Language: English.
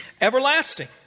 Everlasting